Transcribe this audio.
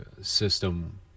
system